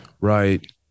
right